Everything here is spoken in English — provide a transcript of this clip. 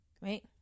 right